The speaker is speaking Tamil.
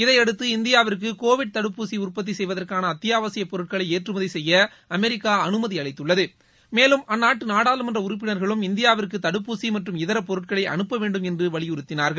இதையடுத்து இந்தியாவிற்கு கோவிட் தடுப்பூசி உற்பத்தி செய்வதற்கான அத்தியாவசிய பொருட்களை ஏற்றுமதி செய்ய அமெரிக்கா அனுமதி அளித்துள்ளது மேலும் அந்நாட்டு நாடாளுமன்ற உறுப்பினர்களும் இந்தியாவிற்கு தடுப்பூசி மற்றும் இதர பொருட்களை அனுப்ப வேண்டும் என்று வலியுறுத்தினார்கள்